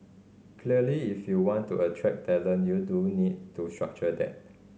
clearly if you want to attract talent you do need to structure that